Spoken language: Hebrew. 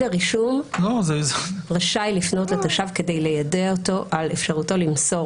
"19ז.פקיד הרישום רשאי לפנות לתושב כדי ליידע אותו על אפשרותו למסור